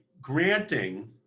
granting